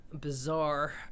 bizarre